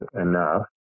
enough